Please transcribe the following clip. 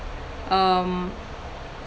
um